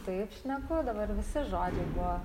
taip šneku dabar visi žodžiai buvo